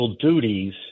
duties